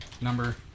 number